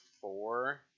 four